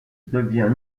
devient